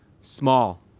small